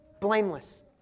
Blameless